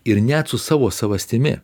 ir net su savo savastimi